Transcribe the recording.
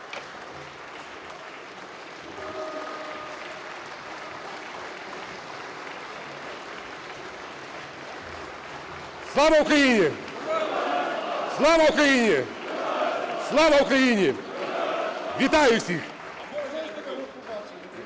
Слава Україні! Вітаю всіх.